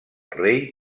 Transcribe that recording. rei